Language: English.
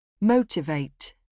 motivate